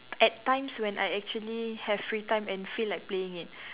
at times when I actually have free time and feel like playing it